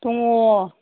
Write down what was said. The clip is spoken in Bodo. दङ